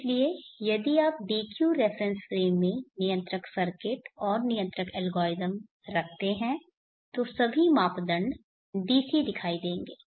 इसलिए यदि आप dq रेफरेन्स फ्रेम में नियंत्रक सर्किट और नियंत्रक एल्गोरिदम रखते हैं तो सभी मापदंड DC दिखाई देंगे